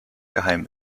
geheim